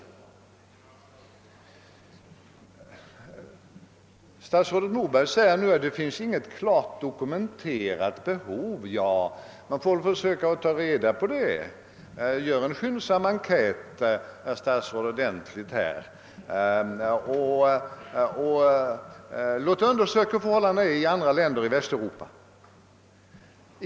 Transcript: Statsrådet Moberg säger att det inte finns något klart dokumenterat behov. Men man får då försöka ta reda på hur det förhåller sig. Gör en skyndsam enkät, herr statsråd, och låt även undersöka hur förhållandena är i andra länder i Västeuropa.